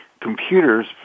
computers